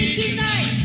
tonight